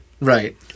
Right